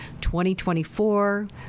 2024